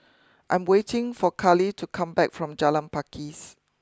I'm waiting for Kalie to come back from Jalan Pakis